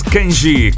Kenji